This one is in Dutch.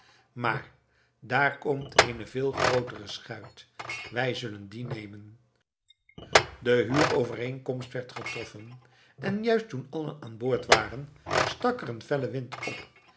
maar daar komt eene veel grootere schuit wij zullen die nemen de huur overeenkomst werd getroffen en juist toen allen aan boord waren stak er een felle wind op